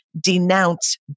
denounce